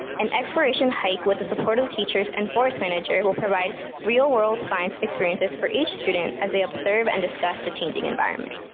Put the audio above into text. an aspiration hike with the support of teachers and forest managers will provide real world science experiences for each student as they observe and discuss the changing environment.